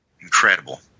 Incredible